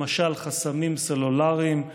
למשל חסמים סלולריים,